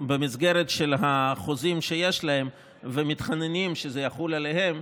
במסגרת של החוזים שיש להם מתחננים שזה יחול עליהם.